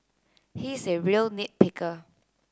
he is a real nit picker